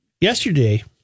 Yesterday